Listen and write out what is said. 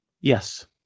Yes